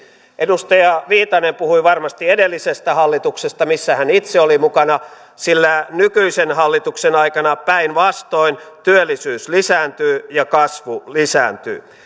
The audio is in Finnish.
edustaja viitanen puhui varmasti edellisestä hallituksesta missä hän itse oli mukana sillä nykyisen hallituksen aikana päinvastoin työllisyys lisääntyy ja kasvu lisääntyy